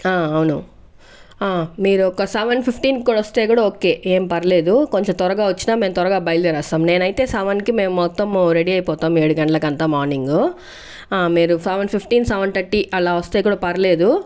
ఆ అవును ఆ మీరు ఒక సెవెన్ ఫిఫ్టీన్ కూడా వస్తే కూడ ఓకే ఏం పర్లేదు కొంచెం త్వరగా వచ్చిన మేము త్వరగా బయలుదేరేస్తాం నేనైతే సెవెన్ కి మేమొత్తం రెడీ అయిపోతాం ఏడు గంట్లకంత మార్కింగు ఆ మీరు సెవెన్ ఫిఫ్టీన్ సెవెన్ థర్టీ అలా వస్తే కూడ పర్లేదు